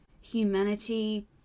humanity